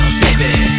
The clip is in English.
baby